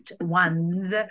ones